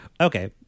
Okay